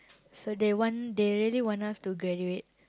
so they want they really want us to graduate